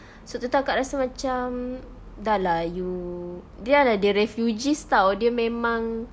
so itu akak rasa macam sudah lah you sudah lah dia refugees tahu dia memang